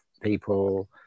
people